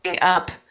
up